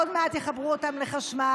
עוד מעט יחברו אותם לחשמל.